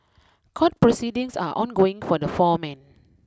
court proceedings are ongoing for the four men